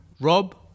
Rob